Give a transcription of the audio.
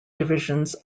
divisions